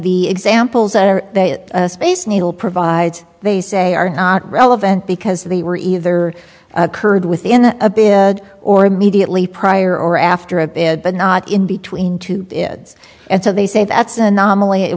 the examples are they it space needle provide they say are not relevant because they were either occurred within a bin or immediately prior or after a bit but not in between two and so they say that's an anomaly it